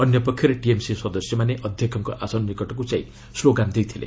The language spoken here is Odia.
ଅନ୍ୟ ପକ୍ଷରେ ଟିଏମ୍ସି ସଦସ୍ୟମାନେ ଅଧ୍ୟକ୍ଷଙ୍କ ଆସନ ନିକଟକୁ ଯାଇ ସ୍କୋଗାନ୍ ଦେଇଥିଲେ